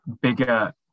bigger